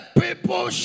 people